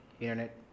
Internet